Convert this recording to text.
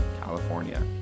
california